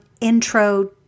intro